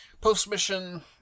post-mission